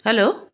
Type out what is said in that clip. hello